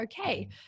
okay